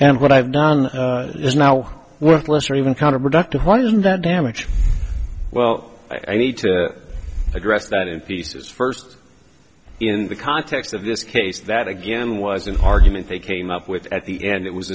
and what i have done is now worthless or even counterproductive one that damaged well i need to address that in pieces first in the context of this case that again was an argument they came up with at the end it was